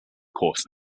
course